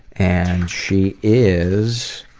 and she is,